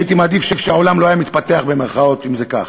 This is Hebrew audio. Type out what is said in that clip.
הייתי מעדיף שהעולם לא היה "מתפתח", אם זה כך,